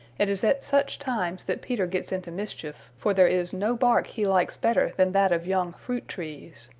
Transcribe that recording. it is at such times that peter gets into mischief, for there is no bark he likes better than that of young fruit trees.